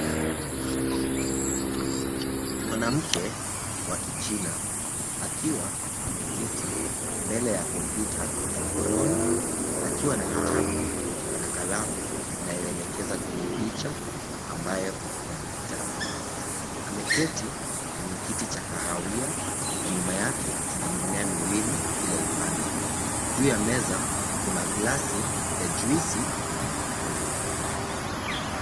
Mwanamke wa kichina akiwa ameketi mbele ya kompyuta ya mkononi, akiwa na kitabu na kalamu inayoelekeza kwenye picha ambayo iko kwenye kitabu. Ameketi kwenye kiti cha kahawia na nyuma yake tuna mimea miwili kila upande .Juu ya meza Kuna glasi ya juisi ya machungwa.